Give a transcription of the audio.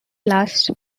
last